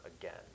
again